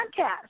podcast